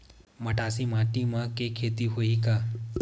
मटासी माटी म के खेती होही का?